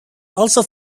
also